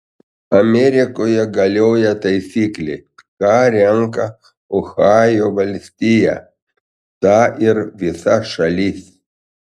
amerikoje galioja taisyklė ką renka ohajo valstija tą ir visa šalis